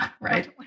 Right